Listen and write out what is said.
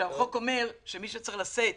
החוק אומר שמי שצריך לשאת